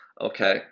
okay